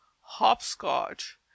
hopscotch